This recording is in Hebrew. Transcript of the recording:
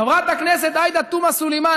חברת הכנסת עאידה תומא סלימאן,